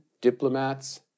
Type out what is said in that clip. diplomats